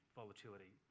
volatility